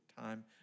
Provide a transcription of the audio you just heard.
time